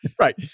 Right